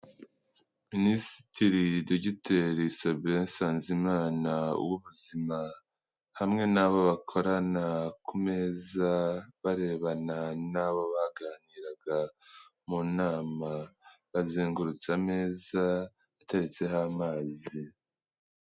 Minisitiri dogiteri Sabiye Nsanzimana w'ubuzima hamwe n'abo bakorana ku meza barebana n'abo baganiraga mu nama, bazengurutse ameza ateretseho amazi.